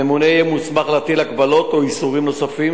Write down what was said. הממונה יהיה מוסמך להטיל הגבלות או איסורים נוספים